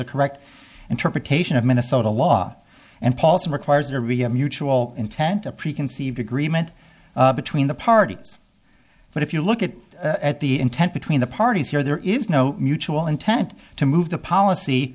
a correct interpretation of minnesota law and paulson requires there to be a mutual intent a preconceived agreement between the parties but if you look at it at the intent between the parties here there is no mutual intent to move the policy